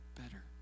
better